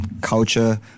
culture